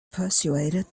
persuaded